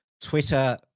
Twitter